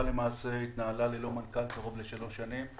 למעשה התנהלה ללא מנכ"ל קרוב לשלוש שנים,